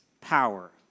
power